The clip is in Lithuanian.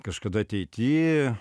kažkada ateity